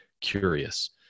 curious